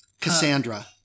Cassandra